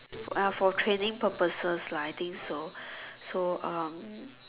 uh for training purposes lah I think so so um